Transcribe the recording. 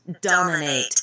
dominate